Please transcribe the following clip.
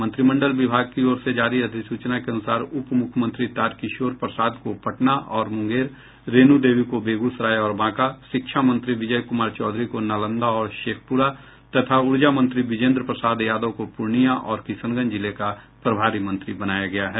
मंत्रिमंडल विभाग की ओर से जारी अधिसूचना के अनुसार उपमुख्यमंत्री तारकिशोर प्रसाद को पटना और मुंगेर रेणू देवी को बेगूसराय और बांका शिक्षा मंत्री विजय कुमार चौधरी को नालंदा और शेखपुरा तथा ऊर्जा मंत्री बिजेन्द्र प्रसाद यादव को पूर्णियां और किशनगंज जिले का प्रभारी मंत्री बनाया गया है